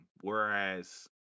whereas